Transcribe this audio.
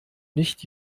nicht